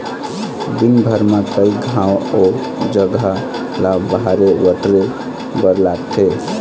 दिनभर म कइ घांव ओ जघा ल बाहरे बटरे बर लागथे